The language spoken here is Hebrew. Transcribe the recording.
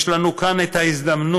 יש לנו כאן הזדמנות